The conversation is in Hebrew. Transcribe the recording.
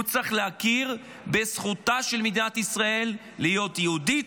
צריך להכיר בזכותה של מדינת ישראל להיות יהודית,